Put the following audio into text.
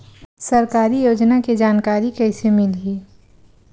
सरकारी योजना के जानकारी कइसे मिलही?